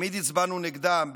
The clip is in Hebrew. תמיד הצבענו נגדם,